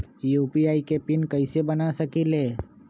UPI के PIN कैसे बना सकीले?